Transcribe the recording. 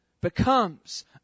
becomes